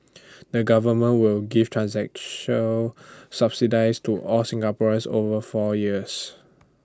the government will give subsidies to all Singaporeans over four years